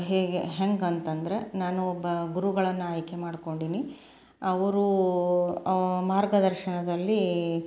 ಹೇಗೆ ಹೆಂಗಂತಂದರೆ ನಾನು ಒಬ್ಬ ಗುರುಗಳನ್ನು ಆಯ್ಕೆ ಮಾಡ್ಕೊಂಡೀನಿ ಅವ್ರ ಮಾರ್ಗದರ್ಶನದಲ್ಲಿ